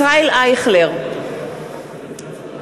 (קוראת בשמות חברי הכנסת) ישראל אייכלר,